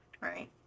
Right